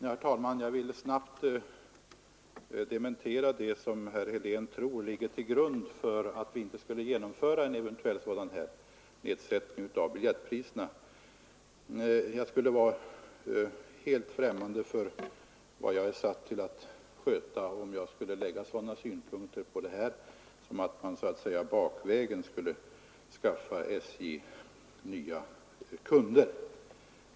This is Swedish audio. Herr talman! Jag vill snabbt dementera det som herr Helén tror ligger till grund för att vi inte skulle genomföra en eventuell nedsättning av biljettpriserna. Jag skulle vara helt främmande för vad jag är satt att sköta om jag lade sådana synpunkter på detta som att man bakvägen skulle skaffa SJ nya kunder.